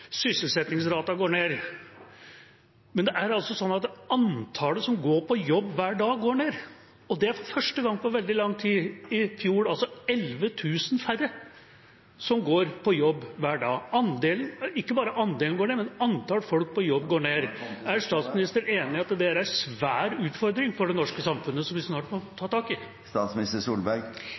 sysselsettingsraten går ned. Men det er altså slik at antallet som går på jobb hver dag, går ned, og det er første gang på veldig lang tid – i fjor: 11 000 færre går på jobb hver dag. Ikke bare andelen, men antallet folk på jobb går ned. Er statsråden enig i at det er en svær utfordring for det norske samfunnet som vi snart må ta tak i?